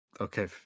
Okay